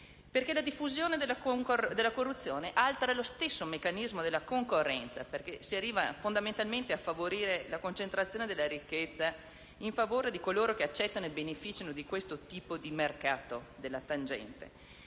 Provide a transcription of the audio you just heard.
La diffusione della corruzione altera lo stesso meccanismo della concorrenza, in quanto si arriva a favorire la concentrazione della ricchezza in favore di coloro che accettano e beneficiano di questo tipo di mercato della tangente.